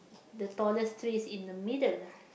the tallest tree is in the middle